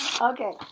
Okay